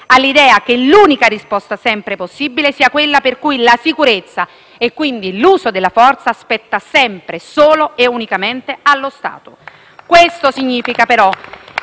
all'idea che l'unica risposta sempre possibile sia quella per cui la sicurezza, e quindi l'uso della forza, spetta sempre e unicamente allo Stato. *(Applausi dal Gruppo